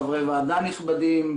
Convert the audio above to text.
חברי ועדה נכבדים,